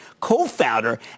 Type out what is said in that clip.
co-founder